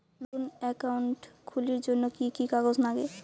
নতুন একাউন্ট খুলির জন্যে কি কি কাগজ নাগে?